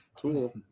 tool